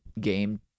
game